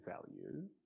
value